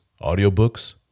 audiobooks